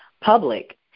public